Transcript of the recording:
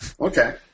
Okay